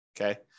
okay